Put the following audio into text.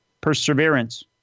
Perseverance